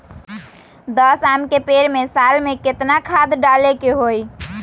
दस आम के पेड़ में साल में केतना खाद्य डाले के होई?